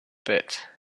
pit